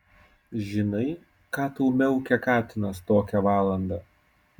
žinai ką tau miaukia katinas tokią valandą